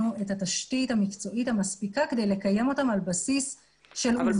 את התשתית המקצועית המספיקה כדי לקיים אותם על בסיס של עובדות.